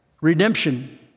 redemption